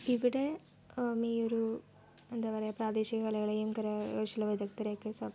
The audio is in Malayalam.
ഇവിടെ ഈ ഒരു എന്താ പറയുക പ്രാദേശിക കലകളെയും കരകൗശല വിദഗ്ധരെ ഒക്കെ സ